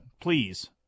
Please